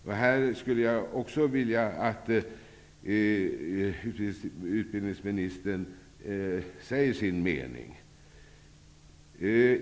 Jag skulle vilja att utbildningsministern också på den här punkten säger sin mening.